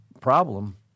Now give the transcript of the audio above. problem